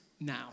now